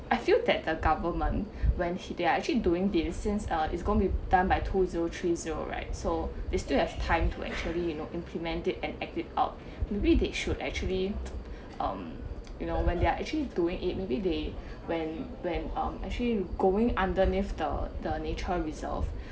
I feel that the government when he they are actually doing the since uh it's gonna be done by two zero three zero right so they still have time to actually you know implement it and act it out maybe they should actually um you know when they are actually doing it maybe they when when um actually going underneath the the nature reserve